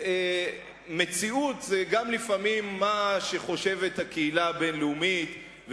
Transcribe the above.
מציאות זה גם לפעמים מה שחושבת הקהילה הבין-לאומית,